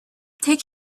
take